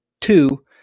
Two